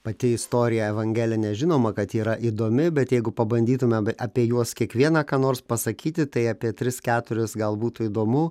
pati istorija evangelinė žinoma kad yra įdomi bet jeigu pabandytume apie juos kiekvieną ką nors pasakyti tai apie tris keturis gal būtų įdomu